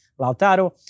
Lautaro